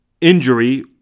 injury